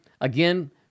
again